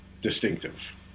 distinctive